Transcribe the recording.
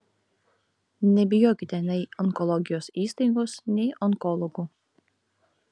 nebijokite nei onkologijos įstaigos nei onkologų